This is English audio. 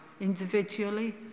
individually